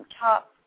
top